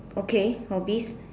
okay hobbies